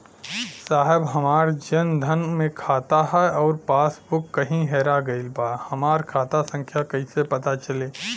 साहब हमार जन धन मे खाता ह अउर पास बुक कहीं हेरा गईल बा हमार खाता संख्या कईसे पता चली?